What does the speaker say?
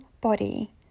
body